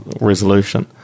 resolution